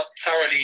thoroughly